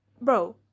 bro